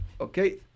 Okay